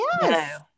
Yes